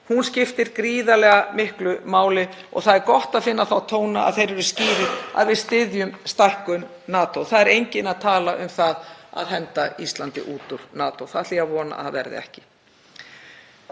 skiptir gríðarlega miklu máli og það er gott að finna þá tóna að þeir eru skýrir, að við styðjum stækkun NATO. Það er enginn að tala um að henda Íslandi út úr NATO, það ætla ég að vona að verði ekki.